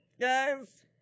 guys